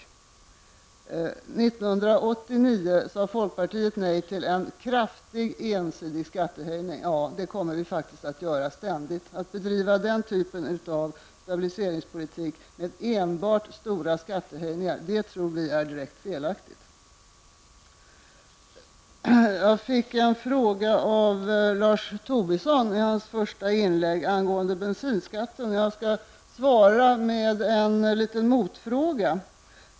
År 1989 sade folkpartiet nej till en kraftig ensidig skattehöjning. Ja, det kommer vi faktiskt att göra ständigt. Att bedriva den typen av stabiliseringspolitik, med enbart stora skattehöjningar, tror vi är direkt felaktigt. Jag fick en fråga av Lars Tobisson, i hans första inlägg, angående bensinskatten. Jag skall svara med en motfråga.